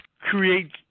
create